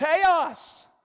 Chaos